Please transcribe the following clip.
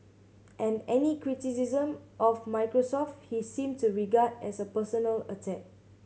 and any criticism of Microsoft he seemed to regard as a personal attack